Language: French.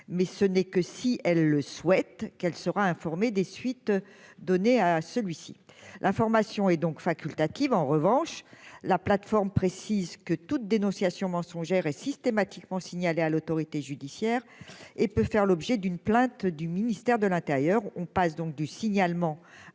mais ce n'est que si elle le souhaite, qu'elle sera informé des suites données à celui-ci, l'information est donc facultative en revanche la plateforme précise que toute dénonciation mensongère et systématiquement signalé à l'autorité judiciaire et peut faire l'objet d'une plainte du ministère de l'Intérieur, on passe donc du signalement